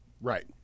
Right